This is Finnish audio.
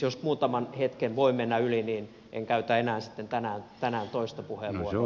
jos muutaman hetken voin mennä yli niin en käytä enää sitten tänään toista puheenvuoroa